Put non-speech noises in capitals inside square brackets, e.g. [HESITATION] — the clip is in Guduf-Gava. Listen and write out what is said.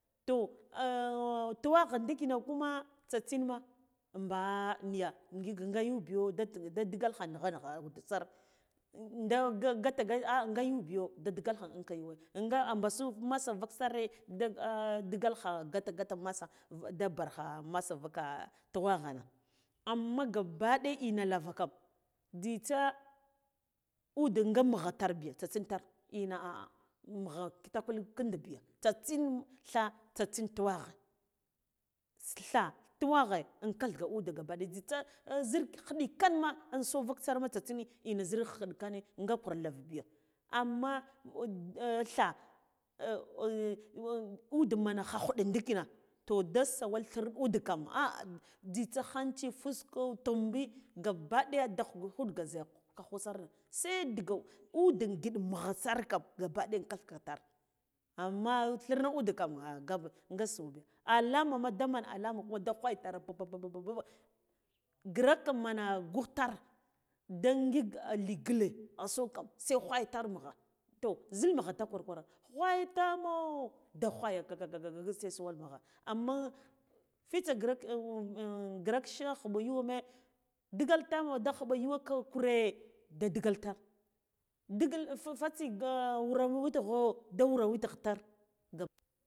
To [HESITATION] tunagha ndikinma tsatsinma baa miya nsik nga yuw biyo da da digalkha nigha nigha gud sire nga [HESITATION] nga ai nga yuw biyo da digalkha inka yuwe nga a mɓasu masci lavak sare da digalkha gatha gatha masa va da barkha masa vuka tuwaghana amman gabba ɗaya ina lava kan jzitsa adenga mugha tar biya tsatsintar ha a ha mugha kitakul kinda biya tsatsin tha tsitsin tuwaghe tha tuwaghe in g kathga ude gaba ɗaya jzitsa zir ƙhiɗikan ma inso vuk sireme tsatsin ina zir ƙhiɗikanna ga gwir lava ɓiya anna tha [HESITATION] ude min khakuɗe ndikina to da siwal thir ude kam ah jzita hanci fusko tumbi gabbi ɗaya da ghu khubga za kakho sire se ndiga ude ngiɗ mugha sar kam gabba ɗaya in kathgatar amma thirna ude kam ga ah nga. nga so bi alamama da man alama kuma da ghwiyatar babbabbabbabb ghiraka maman gughtar da ngik li gle aso kam se ghwaitar mughe toh zil mugha da kwir kwara ghwaya tamo da ghwaya gagaga gagaga se sau mugha ammi fitsa ghirak [HESITATION] ghrik shek khuɓo yuwe me digal timo da khuɓo yuwe kha kure da digal tamo digal fatai ga wure wit gho da wuro witgha tar gabb